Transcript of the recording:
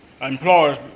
employers